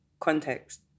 context